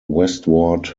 westward